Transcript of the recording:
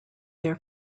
their